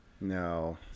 No